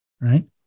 right